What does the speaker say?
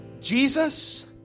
Jesus